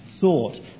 thought